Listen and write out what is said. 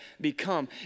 become